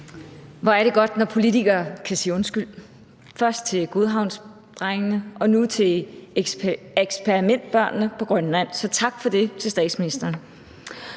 Hvor er det godt, når politikere kan sige undskyld – først til godhavnsdrengene og nu til eksperimentbørnene på Grønland. Så tak for det til statsministeren.